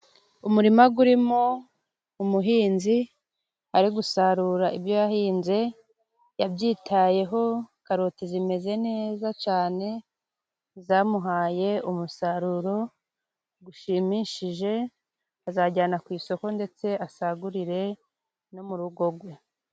Umurima urimo umuhinzi, ari gusarura ibyo yahinze, yabyitayeho, karoti zimeze neza cyane, zamuhaye umusaruro ushimishije, azajyana ku isoko, ndetse asagurire no mu rugo rwe.